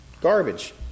garbage